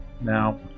Now